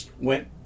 went